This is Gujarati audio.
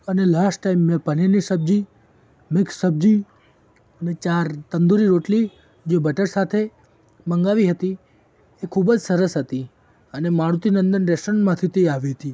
અને લાસ્ટ ટાઇમ મેં પનીરની સબ્જી મિક્સ સબ્જી અને ચાર તંદૂરી રોટલી જે બટર સાથે મગાવી હતી એ ખૂબ જ સરસ હતી અને મારુતિનંદન રૅસ્ટોરન્ટ માંથી તે આવી હતી